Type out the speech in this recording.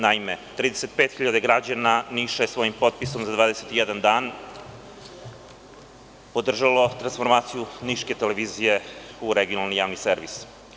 Naime, 35 hiljada građana Niša je svojim potpisom za 21 dan podržalo transformaciju Niške televizije u regionalni javni servis.